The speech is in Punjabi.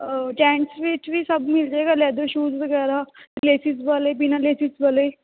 ਜੈਂਟਸ ਵਿੱਚ ਵੀ ਸਭ ਮਿਲ ਜਾਏਗਾ ਲੈਦਰ ਸ਼ੂਜ ਵਗੈਰਾ ਲੇਸਿਸ ਵਾਲੇ ਬਿਨਾਂ ਲੇਸਿਸ ਵਾਲੇ